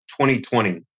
2020